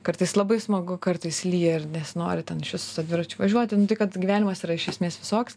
kartais labai smagu kartais lyja ir nesinori ten su tuo dviračiu važiuoti kad gyvenimas yra iš esmės visoks